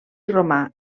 romà